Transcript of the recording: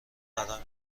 قرار